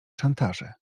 szantaże